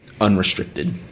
unrestricted